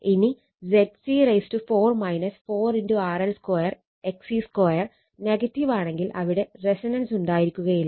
ഇനി ZC4 4 RL2 XC2 നെഗറ്റീവാണെങ്കിൽ അവിടെ റെസൊണൻസ് ഉണ്ടായിരിക്കുകയില്ല